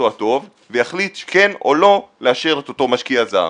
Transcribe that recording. הטוב ויחליט שכן או לא לאשר את אותו משקיע זר.